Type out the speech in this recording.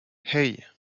hey